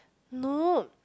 no